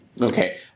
Okay